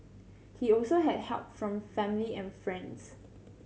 he also had help from family and friends